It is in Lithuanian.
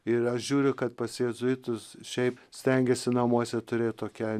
ir aš žiūriu kad pas jėzuitus šiaip stengiasi namuose turėt tokią